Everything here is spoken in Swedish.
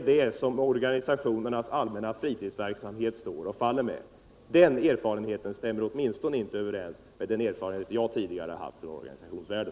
Den erfarenheten stämmer åtminstone inte överens med den erfarenhet jag har från organisationsvärlden.